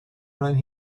around